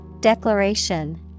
Declaration